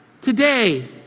Today